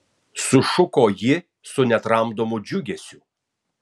sušuko ji su netramdomu džiugesiu